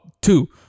two